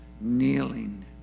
kneeling